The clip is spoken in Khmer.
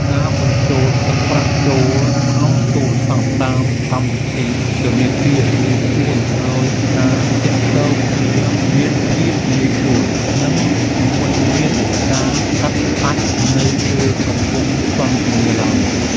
ការបញ្ចូលទឹកប្រាក់ចូលទូរសព្ទតាមកម្មវិធីធនាគារ គឺជួយឱ្យការទាក់ទងគ្នាមានភាពងាយស្រួល និងមិនមានការកាត់ផ្ដាច់នៅពេលកំពុងសន្ទនាឡើយ។